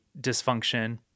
dysfunction